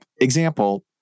Example